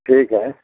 ठीक है